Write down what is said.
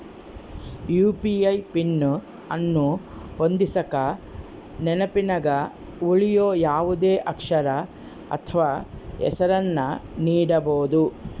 UPI PIN ಅನ್ನು ಹೊಂದಿಸಕ ನೆನಪಿನಗ ಉಳಿಯೋ ಯಾವುದೇ ಅಕ್ಷರ ಅಥ್ವ ಹೆಸರನ್ನ ನೀಡಬೋದು